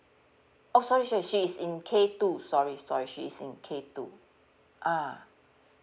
oh sorry sorry she is in K two sorry sorry she is in K two ah